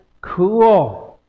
cool